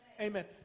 Amen